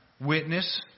witness